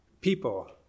people